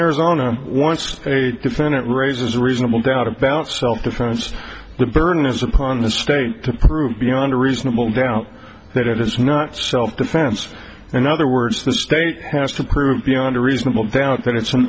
arizona once a defendant raises reasonable doubt about self defense the burden is upon the state to prove beyond a reasonable doubt that it is not self defense in other words the state has to prove beyond a reasonable doubt